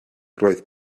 roedd